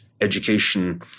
education